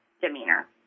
demeanor